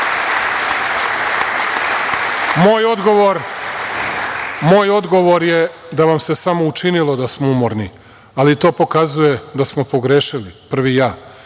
moj odgovor je da vam se samo učinilo da smo umorni, ali to pokazuje da smo pogrešili, prvi ja,